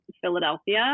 Philadelphia